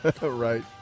Right